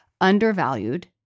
undervalued